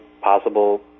possible